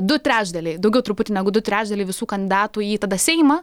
du trečdaliai daugiau truputį negu du trečdaliai visų kandidatų į tada seimą